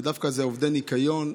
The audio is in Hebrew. ודווקא אלה עובדי ניקיון,